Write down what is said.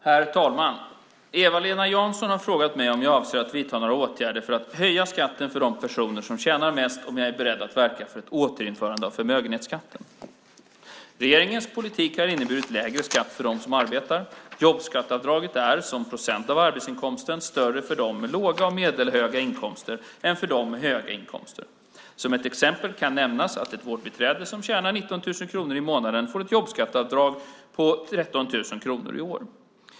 Herr talman! Eva-Lena Jansson har frågat mig om jag avser att vidta några åtgärder för att höja skatten för de personer som tjänar mest och om jag är beredd att verka för ett återinförande av förmögenhetsskatten. Regeringens politik har inneburit lägre skatt för dem som arbetar. Jobbskatteavdraget är, som procent av arbetsinkomsten, större för dem med låga och medelhöga inkomster än för dem med höga inkomster. Som ett exempel kan nämnas att ett vårdbiträde som tjänar 19 000 kronor i månaden får ett jobbskatteavdrag på 13 000 kronor i år.